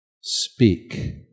speak